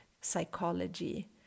psychology